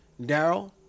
Daryl